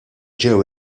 ġew